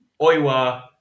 Oiwa